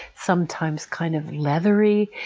sometimes kind of leathery,